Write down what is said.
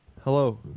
Hello